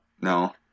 No